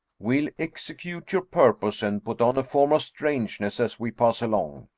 we'll execute your purpose, and put on a form of strangeness as we pass along.